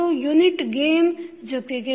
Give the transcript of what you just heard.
ಅದು unit gain ಜೊತೆಗೆ